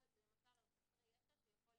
זה לא משנה לי את המהות.